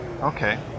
Okay